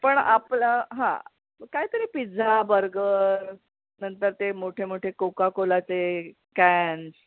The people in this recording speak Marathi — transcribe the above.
पण आपलं हां काहीतरी पिझ्झा बर्गर नंतर ते मोठे मोठे कोका कोलाचे कॅन्स